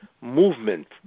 movement